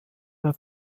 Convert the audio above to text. der